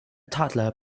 toddler